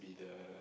be the